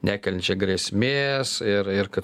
nekeliančią grėsmės ir ir kad